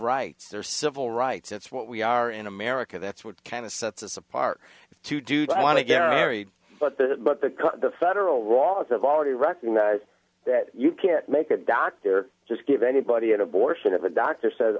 rights or civil rights it's what we are in america that's what kind of sets us apart to do what i want to get married but the but the the federal laws have already recognized that you can't make a doctor just give anybody an abortion of a doctor says